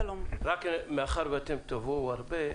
מאחר ואתם תבואו הרבה,